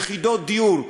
יחידות דיור,